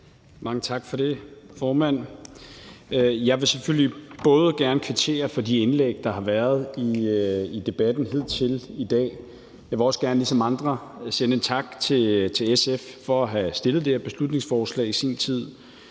Mange tak for det, formand. Jeg vil selvfølgelig gerne kvittere for de indlæg, der har været i debatten hidtil i dag. Jeg vil også gerne ligesom andre sende en tak til SF for at have fremsat det her beslutningsforslag i sin tid,